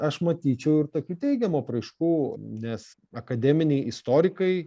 aš matyčiau ir tokių teigiamų apraiškų nes akademiniai istorikai